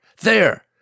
There